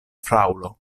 fraŭlo